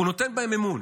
הוא נותן בהם אמון,